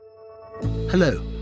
Hello